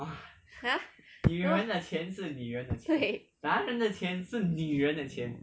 !huh! 做么对